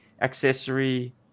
accessory